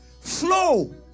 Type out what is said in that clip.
Flow